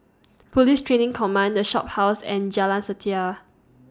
Police Training Command The Shophouse and Jalan Setia